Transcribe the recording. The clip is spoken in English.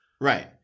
Right